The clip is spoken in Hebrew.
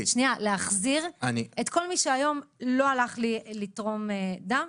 ממליץ להחזיר את כל מי שלא הלך היום לתרום דם,